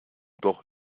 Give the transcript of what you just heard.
doch